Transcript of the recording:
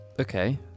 okay